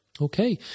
Okay